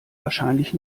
wahrscheinlich